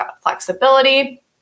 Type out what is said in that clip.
flexibility